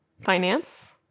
finance